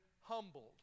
humbled